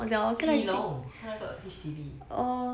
几楼他那个 H_D_B